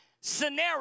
scenario